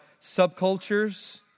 subcultures